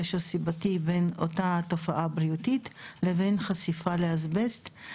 קשר סיבתי בין אותה תופעה בריאותית לבין חשיפה לאסבסט.